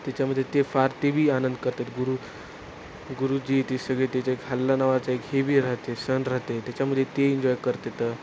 त्याच्यामध्ये ते फार तेबी आनंद करतात गुरु गुरुजी ती सगळी त्याच्या एक हल्ला नावाचं एक हेवी राहते सण राहते त्याच्यामध्ये ते इन्जॉय करतात